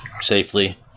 Safely